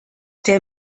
der